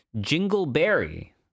Jingleberry